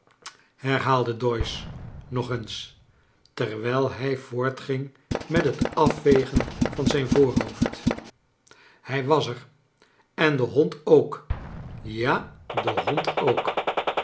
herhaalde doyce nog eens terwijl hij voortging met het afvegen van zijn voorhoofd hij was er en de hond ook ja de hond ook